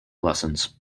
lessons